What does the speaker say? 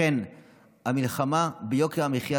לכן המלחמה ביוקר המחיה,